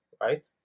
right